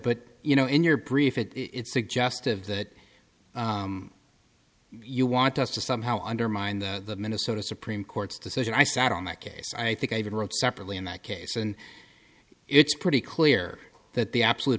but you know in your brief it it's suggestive that you want us to somehow undermine the minnesota supreme court's decision i sat on that case i think i even wrote separately in that case and it's pretty clear that the absolute